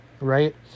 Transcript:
Right